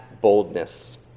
boldness